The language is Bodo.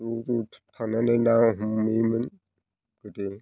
ज' ज' थांनानै ना हमहैयोमोन गोदो